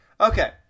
Okay